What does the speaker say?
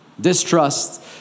Distrust